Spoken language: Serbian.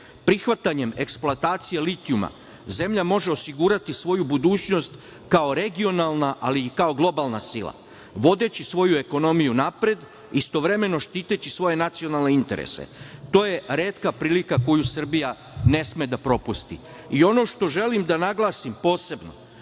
Prihvatanjem eksploatacije litijuma zemlja može osigurati svoju budućnost kao regionalna ali i kao globalna sila, vodeći svoju ekonomiju napred, istovremeno štiteći svoje nacionalne interese. To je retka prilika koju Srbija ne sme da propusti. Ono što želim posebno